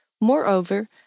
Moreover